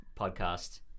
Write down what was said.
Podcast